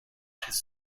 his